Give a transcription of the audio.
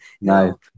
No